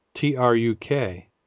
T-R-U-K